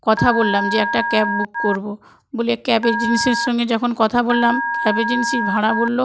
কথা বললাম যে একটা ক্যাব বুক করবো বলে ক্যাব এজেন্সির সঙ্গে যখন কথা বললাম ক্যাব এজেন্সির ভাড়া বললো